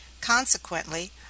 Consequently